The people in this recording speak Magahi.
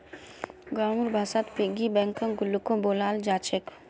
गाँउर भाषात पिग्गी बैंकक गुल्लको बोलाल जा छेक